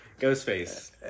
Ghostface